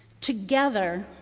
Together